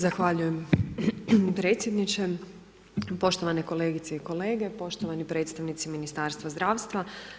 Zahvaljujem predsjedniče, poštovane kolegice i kolege, poštovani predstavnici Ministarstva zdravstva.